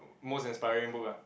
most inspiring book ah